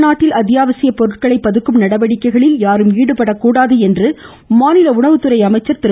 தமிழ்நாட்டில் அத்தியாவசிய பொருட்களை பதுக்கும் நடவடிக்கைகளில் யாரும் ஈடுபடக்கூடாது என்று மாநில உணவுத்துறை அமைச்சர் திரு